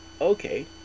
Okay